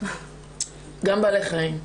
גם בעלי חיים.